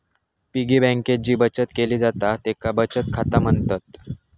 piggy बँकेत जी बचत केली जाता तेका बचत खाता म्हणतत